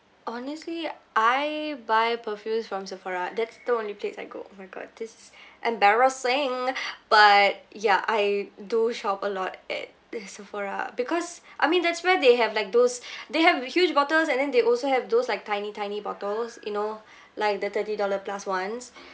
honestly I buy perfumes from Sephora that's the only place I go oh my god this is embarrassing but ya I do shop a lot at uh Sephora because I mean that's where they have like those they have huge bottles and then they also have those like tiny tiny bottles you know like the thirty dollar plus ones